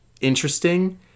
interesting